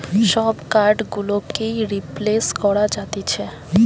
সব কার্ড গুলোকেই রিপ্লেস করা যাতিছে